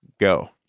Go